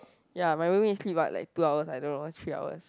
ya my roommate sleep about like two hours I don't know three hours